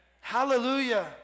Hallelujah